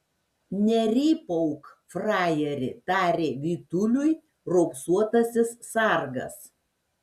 nerypauk frajeri tarė vytuliui raupsuotasis sargas